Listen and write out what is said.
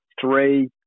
three